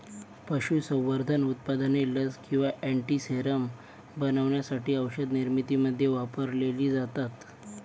पशुसंवर्धन उत्पादने लस किंवा अँटीसेरम बनवण्यासाठी औषधनिर्मितीमध्ये वापरलेली जातात